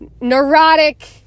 neurotic